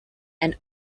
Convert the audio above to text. and